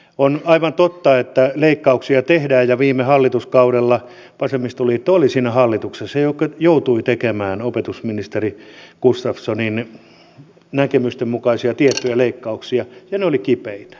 on aivan totta että leikkauksia tehdään ja viime hallituskaudella vasemmistoliitto oli siinä hallituksessa joka joutui tekemään opetusministeri gustafssonin näkemysten mukaisia tiettyjä leikkauksia ja ne olivat kipeitä